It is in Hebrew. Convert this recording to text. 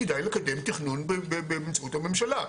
כדאי לקדם תכנון באמצעות הממשלה,